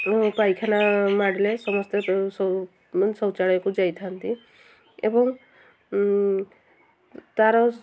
ପାଇଖାନା ମାଡ଼ିଲେ ସମସ୍ତେ ଶୌଚାଳୟକୁ ଯାଇଥାନ୍ତି ଏବଂ ତା'ର